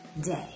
day